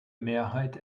mehrheit